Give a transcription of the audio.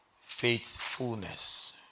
faithfulness